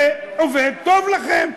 זה עובד לכם טוב.